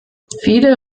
viele